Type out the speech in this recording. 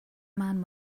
man